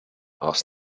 asked